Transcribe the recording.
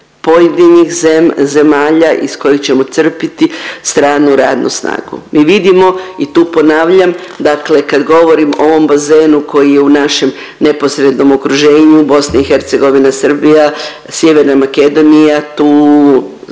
pojedinih zemalja iz kojih ćemo crpiti stranu radnu snagu. Mi vidimo i tu ponavljam, dakle kad govorim o ovom bazenu koji je u našem neposrednom okruženju BIH, Srbija, Sjeverna Makedonija, tu